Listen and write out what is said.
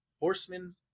horsemen